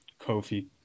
Kofi